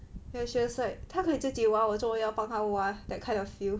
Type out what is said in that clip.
but she was like 他可以自己挖我做么要帮他挖 that kind of feel